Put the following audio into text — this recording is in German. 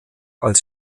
als